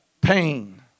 Pain